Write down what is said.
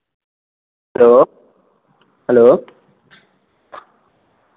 hello hello